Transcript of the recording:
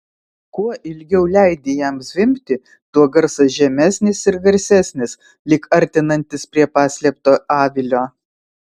kuo ilgiau leidi jam zvimbti tuo garsas žemesnis ir garsesnis lyg artinantis prie paslėpto avilio